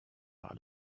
par